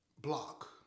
block